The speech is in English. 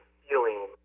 feeling